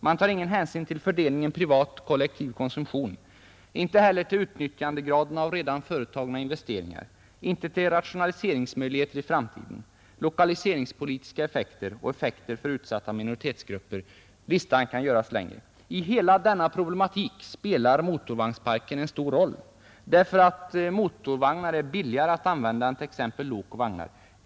Man tar ingen hänsyn till fördelningen mellan privat och kollektiv konsumtion, inte heller till utnyttjandegraden av redan företagna investeringar, inte till rationaliseringsmöjligheter i framtiden, till lokaliseringspolitiska effekter eller till effekter för utsatta minoritetsgrupper. Listan kan göras längre. I hela denna problematik spelar motorvagnsparken en stor roll, därför att motorvagnar är billigare att använda än t.ex. lok och vagnar.